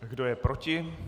Kdo je proti?